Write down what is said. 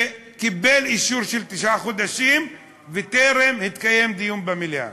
הוא קיבל אישור של תשעה חודשים וטרם התקיים דיון במליאה.